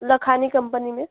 Lakhani company में